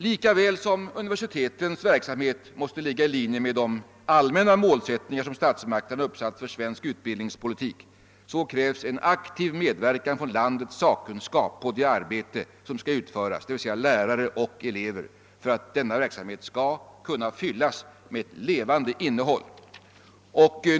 Lika väl som universitetens verksamhet måste ligga i linje med de all männa målsättningar statsmakterna satt upp för svensk utbildningspolitik krävs en aktiv medverkan från landets sakkunskap i det arbete som skall utföras — d.v.s. från lärare och elever — för att denna verksamhet skall kunna fyllas med ett levande innehåll.